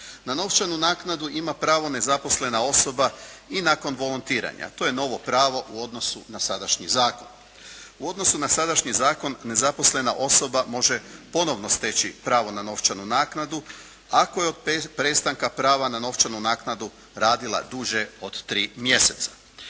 Na novčanu naknadu ima pravo nezaposlena osoba i nakon volontiranja. To je novo pravo u odnosu na sadašnji zakon. U odnosu na sadašnji zakon nezaposlena osoba može ponovno steći pravo na novčanu naknadu ako je od prestanka prava na novčanu naknadu radila duže od 3 mjeseca.